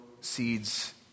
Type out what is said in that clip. seeds